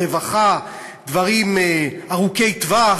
רווחה, דברים ארוכי-טווח.